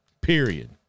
period